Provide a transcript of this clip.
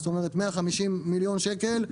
זאת אומרת: 150 מיליון שקל,